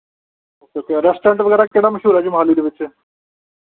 okay okay restaurant ਵਗੈਰਾ ਕਿਹੜਾ ਮਸ਼ਹੂਰ ਹੈ ਜੀ ਮੋਹਾਲੀ ਦੇ ਵਿੱਚ